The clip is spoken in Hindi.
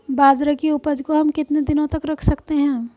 बाजरे की उपज को हम कितने दिनों तक रख सकते हैं?